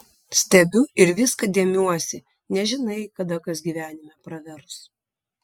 stebiu ir viską dėmiuosi nežinai kada kas gyvenime pravers